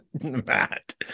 Matt